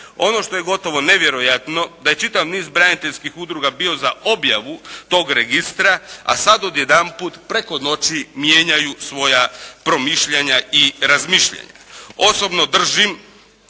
Ono što je gotovo nevjerojatno da je čitav niz braniteljskih udruga bio za objavu tog registra, a sada odjedanput preko noći mijenjaju svoja promišljanja i razmišljanja.